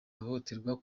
bahohoterwa